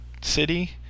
city